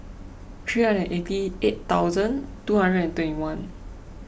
three hundred eighty eight thousand two hundred and twenty one